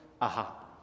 aha